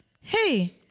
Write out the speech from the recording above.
Hey